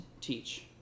teach